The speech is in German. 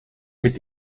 mit